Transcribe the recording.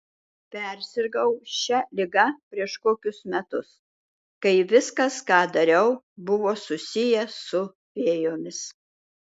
persirgau šia liga prieš kokius metus kai viskas ką dariau buvo susiję su fėjomis